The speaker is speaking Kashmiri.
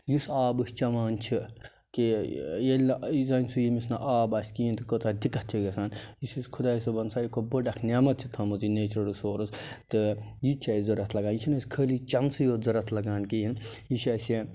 یُس آب أسۍ چٮ۪وان چھِ کہِ یُس زن سُہ ییٚمِس نہٕ آب آسہِ کِہیٖنۍ تہٕ کۭژاہ دِقت چھِ گَژھان خۄداے صٲبن ساروی کھۄتہٕ بٔڑ اَکھ نعمت چھِ تھٲمِژ یہِ نیچرل رِسورٕس تہٕ یہِ تہِ چھِ اَسہِ ضوٚرتھ لَگان یہِ چھُنہٕ أسۍ خٲلی چَنسٕے یوت ضوٚرتھ لَگان کِہیٖنۍ یہِ چھُ اَسہِ